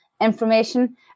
information